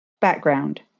Background